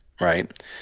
right